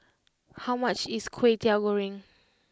how much is Kwetiau Goreng